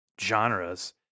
genres